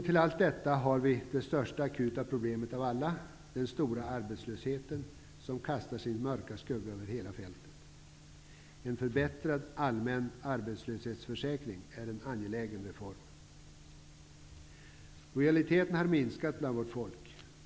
Till allt detta kommer det största akuta proble met av alla, den stora arbetslösheten, som kastar sin mörka skugga över hela fältet. En förbättrad allmän arbetslöshetsförsäkring är en angelägen reform. Lojaliteten har minskat bland vårt folk.